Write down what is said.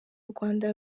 rwanda